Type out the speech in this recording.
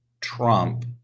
Trump